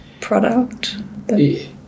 product